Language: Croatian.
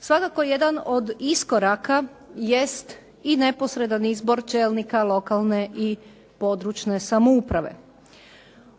Svakako jedan od iskoraka jest i neposredan izbor čelnika lokalne i područne samouprave.